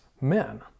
men